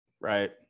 Right